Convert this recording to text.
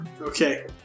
Okay